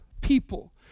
people